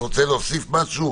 אתה רוצה להוסיף משהו,